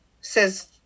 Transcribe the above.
says